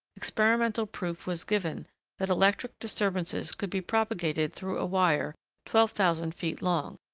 experimental proof was given that electric disturbances could be propagated through a wire twelve thousand feet long.